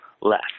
less